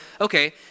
okay